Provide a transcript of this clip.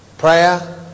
Prayer